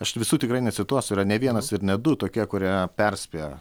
aš visų tikrai necituosiu yra ne vienas ir ne du tokie kurie perspėja